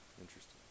Interesting